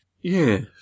Yes